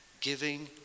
giving